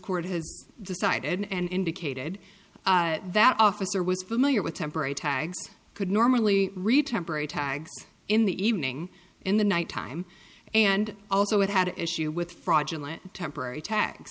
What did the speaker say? court has decided and indicated that officer was familiar with temporary tags could normally read temporary tags in the evening in the night time and also it had issue with fraudulent temporary ta